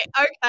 okay